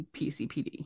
PCPD